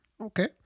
Okay